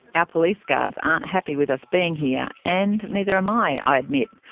ah police guards aren't happy with us being here, and neither am i, i admit.